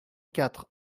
quatre